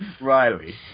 Riley